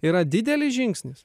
yra didelis žingsnis